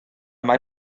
mae